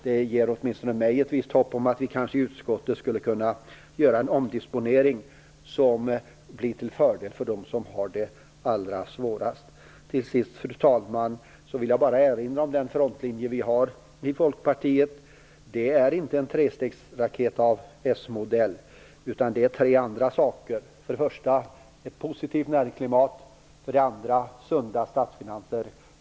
Det ger åtminstone mig ett visst hopp om att vi kanske i utskottet skulle kunna göra en omdisponering som blir till fördel för dem som har det allra svårast. Till sist, fru talman, vill jag bara erinra om den frontlinje vi har i Folkpartiet. Det är inte en trestegsraket av s-modell, utan det är tre andra saker. För det första är det ett positivt näringsklimat. För det andra är det sunda statsfinanser.